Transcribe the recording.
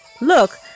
Look